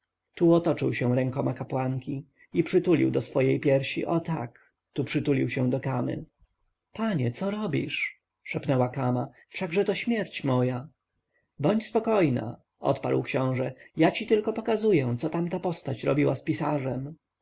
tu otoczył się rękoma kapłanki i przytuliła go do swej piersi o tak tu przytulił się do kamy panie co robisz szepnęła kama wszakże to śmierć moja bądź spokojna odparł książę ja ci tylko pokazuję co tamta postać robiła z pisarzem